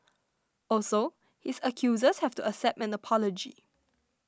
also his accusers have to accept an apology